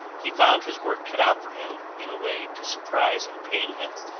he found his work cut out for him in a way to surprise and pain him.